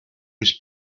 was